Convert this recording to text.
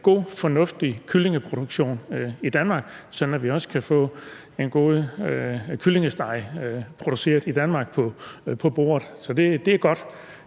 god og fornuftig kyllingeproduktion i Danmark, så vi også kan få en god kyllingesteg på bordet, produceret i Danmark. Det er godt.